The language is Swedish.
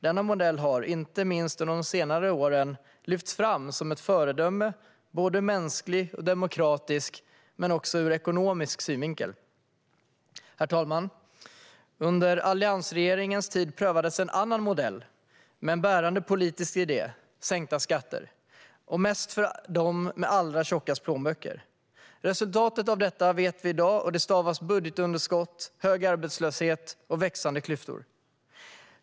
Denna modell har, inte minst under de senaste åren, lyfts fram som ett föredöme, såväl ur mänsklig som demokratisk och ekonomisk synvinkel. Herr talman! Under alliansregeringens tid prövades en annan modell med en bärande politisk idé: sänkta skatter, mest för dem med allra tjockast plånböcker. Resultatet av detta vet vi i dag och det stavas budgetunderskott, hög arbetslöshet och växande klyftor.